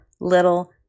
little